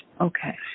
okay